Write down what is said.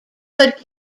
but